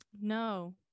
No